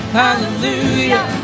hallelujah